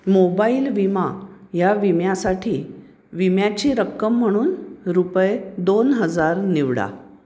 mobile विमा या विम्यासाठी विम्याची रक्कम म्हणून रुपये दोन हजार निवडा